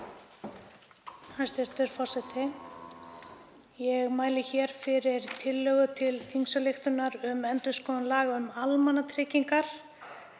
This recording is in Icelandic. Hæstv. forseti. Ég mæli hér fyrir tillögu til þingsályktunar um endurskoðun laga um almannatryggingar.